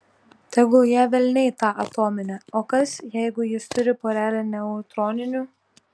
tegul ją velniai tą atominę o kas jeigu jis turi porelę neutroninių